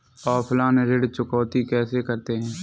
Offline ऋण चुकौती कैसे करते हैं?